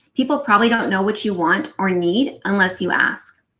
people probably don't know what you want or need unless you ask,